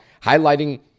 highlighting